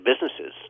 businesses